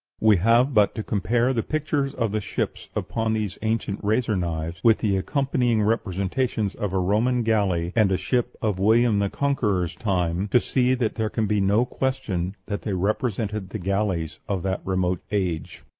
we have but to compare the pictures of the ships upon these ancient razor-knives with the accompanying representations of a roman galley and a ship of william the conqueror's time, to see that there can be no question that they represented the galleys of that remote age.